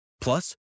Plus